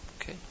Okay